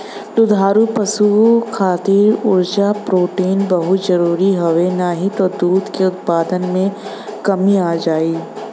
दुधारू पशु खातिर उर्जा, प्रोटीन बहुते जरुरी हवे नाही त दूध के उत्पादन में कमी आ जाई